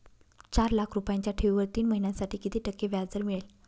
चार लाख रुपयांच्या ठेवीवर तीन महिन्यांसाठी किती टक्के व्याजदर मिळेल?